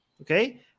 okay